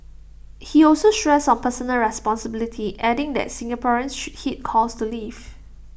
he also stressed on personal responsibility adding that Singaporeans should heed calls to leave